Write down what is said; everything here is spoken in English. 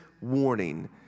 warning